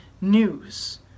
news